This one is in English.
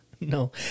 No